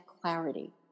clarity